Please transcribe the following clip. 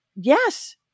yes